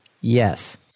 Yes